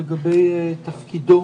לגבי תפקידו